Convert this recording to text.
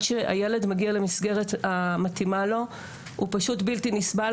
שהילד מגיע למסגרת המתאימה לו הוא פשוט בלתי נסבל,